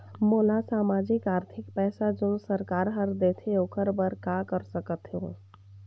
मोला सामाजिक आरथिक पैसा जोन सरकार हर देथे ओकर बर का कर सकत हो?